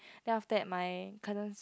then after that my cousins